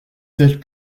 tels